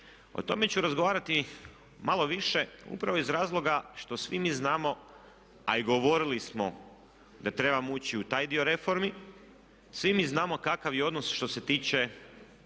O tome ću razgovarati malo više upravo iz razlog što svi mi znamo a i govorili smo da trebamo ući u taj dio reformi. Svi mi znamo kakav je odnos što se tiče